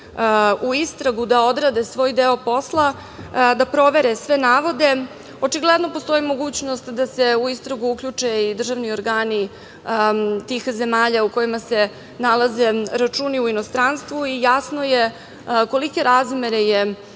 u istragu da odrade svoj deo posla, da provere sve navode, očigledno postoji mogućnost da se u istragu uključe i državni organi tih zemalja u kojima se nalaze računi u inostranstvu i jasno je kolike razmere je